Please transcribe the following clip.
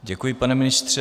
Děkuji, pane ministře.